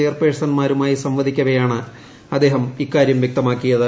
ചെയർപേഴ്സന്മാരുമായി സംവദിക്കവെയാണ് അദ്ദേഹം ഇക്കാരൃം വൃക്തമാക്കിയത്